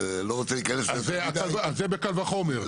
לא רוצה להיכנס --- אז זה בקל וחומר.